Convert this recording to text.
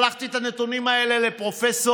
שלחתי את הנתונים האלה לפרופ'